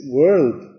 world